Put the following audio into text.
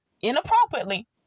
inappropriately